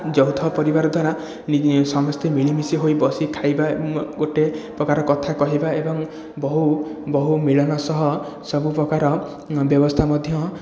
ଯୌଥ ପରିବାର ଦ୍ଵାରା ସମସ୍ତେ ମିଳିମିଶି ହୋଇ ବସି ଖାଇବା ଗୋଟେ ପ୍ରକାର କଥା କହିବା ଏବଂ ବହୁ ବହୁ ମିଳନ ସହ ସବୁ ପ୍ରକାର ବ୍ୟବସ୍ଥା ମଧ୍ୟ